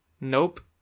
Nope